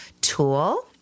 tool